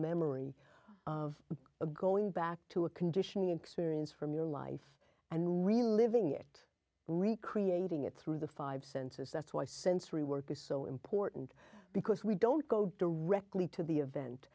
memory of going back to a condition the experience from your life and reliving it recreating it through the five senses that's why sensory work is so important because we don't go directly to the event